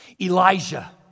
Elijah